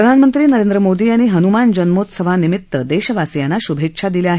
प्रधानमंत्री नरेंद्र मोदी यांनी हनुमान जन्मोत्सावानिमित्त देशवासियांना शुभेच्छा दिल्या आहेत